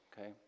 okay